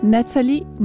Nathalie